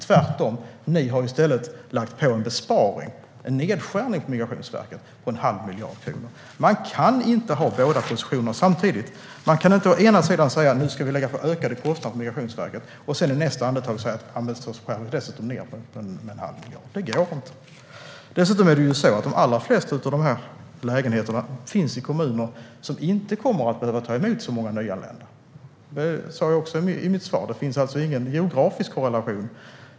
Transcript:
Tvärtom har ni lagt en nedskärning på Migrationsverket på en halv miljard kronor. Man kan inte ha båda positionerna samtidigt. Man kan inte lägga på ökade kostnader på Migrationsverket och sedan i nästa andetag skära ned med en halv miljard. Det går inte. De allra flesta av dessa lägenheter finns i kommuner som inte kommer att behöva ta emot så många nyanlända. Det sa jag också i mitt svar. Det finns alltså ingen geografisk korrelation.